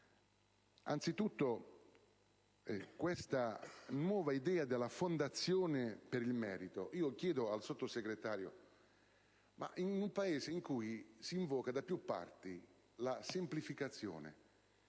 Anzitutto, quanto alla nuova idea della Fondazione per il merito, chiedo al Sottosegretario: in un Paese in cui si invoca da più parti la semplificazione